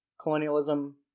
colonialism